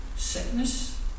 Sickness